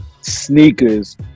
sneakers